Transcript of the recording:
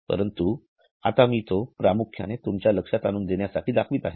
परंतु आत्ता मी तो प्रामुख्याने तुमच्या लक्षात आणून देण्यासाठी दाखवीत आहे